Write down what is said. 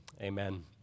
amen